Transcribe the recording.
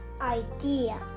idea